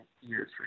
years